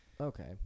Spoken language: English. okay